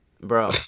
Bro